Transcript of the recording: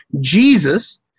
Jesus